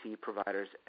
providers